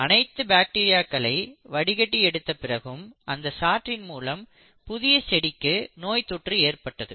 அனைத்து பாக்டீரியாக்களை வடிகட்டி எடுத்த பிறகும் இந்த சாறின் மூலம் புதிய செடிக்கு நோய் தொற்று ஏற்பட்டது